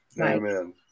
amen